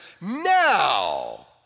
Now